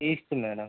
east madam